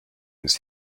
ins